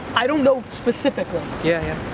i don't know specifically. yeah, yeah.